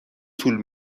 طول